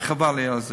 וחבל לי על זה.